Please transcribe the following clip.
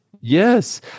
Yes